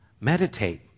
Meditate